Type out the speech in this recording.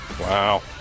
wow